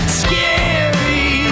scary